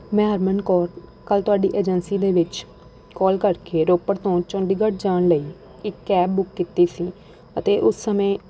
ਮੈਂ ਹਰਮਨ ਕੌਰ ਕੱਲ੍ਹ ਤੁਹਾਡੀ ਏਜੰਸੀ ਦੇ ਵਿੱਚ ਕੌਲ ਕਰਕੇ ਰੋਪੜ ਤੋਂ ਚੰਡੀਗੜ੍ਹ ਜਾਣ ਲਈ ਇੱਕ ਕੈਬ ਬੁੱਕ ਕੀਤੀ ਸੀ ਅਤੇ ਉਸ ਸਮੇਂ